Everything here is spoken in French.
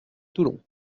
toulon